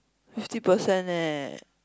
fifty percent leh